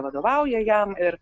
vadovauja jam ir